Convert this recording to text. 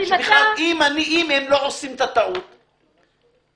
אם הם לא היו כותבים